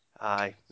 Aye